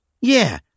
Yeah